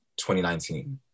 2019